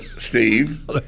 Steve